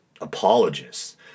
apologists